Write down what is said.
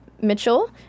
mitchell